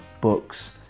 books